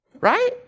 Right